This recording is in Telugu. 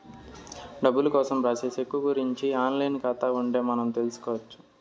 డబ్బులు కోసం రాసే సెక్కు గురుంచి ఆన్ లైన్ ఖాతా ఉంటే మనం తెల్సుకొచ్చు